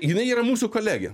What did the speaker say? jinai yra mūsų kolegė